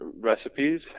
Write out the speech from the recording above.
recipes